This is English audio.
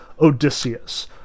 Odysseus